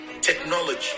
technology